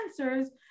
answers